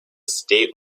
state